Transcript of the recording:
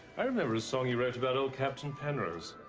i remember a song you wrote about old captain pennrose.